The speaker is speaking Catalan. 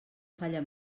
falla